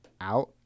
out